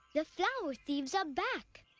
the flower thieves are back.